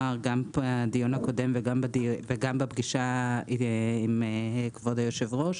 גם בדיון הקודם וגם בפגישה עם כבוד היושב-ראש,